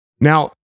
Now